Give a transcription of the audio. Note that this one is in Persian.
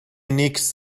نیکز